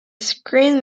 screen